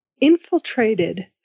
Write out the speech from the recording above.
infiltrated